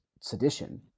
sedition